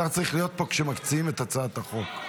השר צריך להיות פה כשמציעים את הצעת החוק.